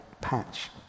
patch